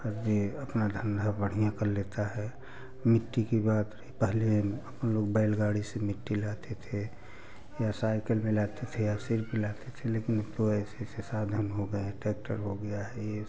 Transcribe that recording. आदमी अपना धंधा बढ़िया कर लेता है मिट्टी की बात रही पहले अपन लोग बैलगाड़ी से मिट्टी लाते थे या साइकल पर लाते थे या सिर पर लाते थे लेकिन अब तो ऐसे ऐसे साधन हो गए हैं ट्रैक्टर हो गया है यह सब